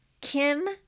Kim